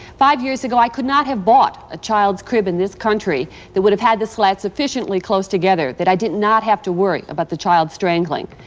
five years ago i could not have bought a child's crib in this country that would have had the slats sufficiently close together that i did not have to worry about the child strangling.